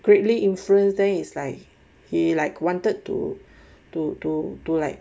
greatly influenced then is like he like wanted to to to to like